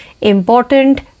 Important